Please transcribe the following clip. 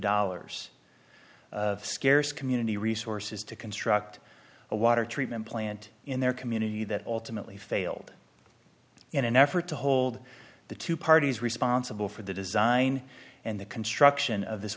dollars scarce community resources to construct a water treatment plant in their community that ultimately failed in an effort to hold the two parties responsible for the design and the construction of this